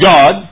God